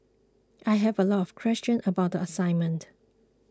I have a lot of questions about the assignment